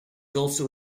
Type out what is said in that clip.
also